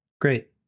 Great